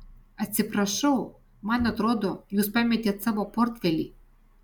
atsiprašau man atrodo jūs pametėt savo portfelį